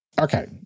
Okay